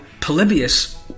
Polybius